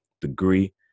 degree